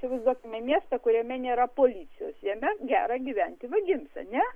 įsivaizduokime miestą kuriame nėra policijos jame gera gyventi vagims ar ne